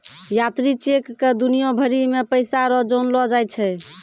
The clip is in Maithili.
यात्री चेक क दुनिया भरी मे पैसा रो जानलो जाय छै